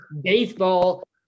Baseball